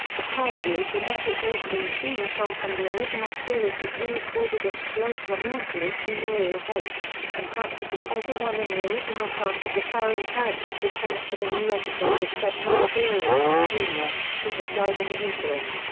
the powerfully frenetic opening theme song from the original series was rerecorded and slowed to a mournfully funereal pace, and practically everyone in the original cast of recurring characters returned for the new episodes except noah beery, jr, who had died in the interim.